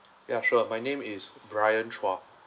ya sure my name is brian chua